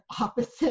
opposite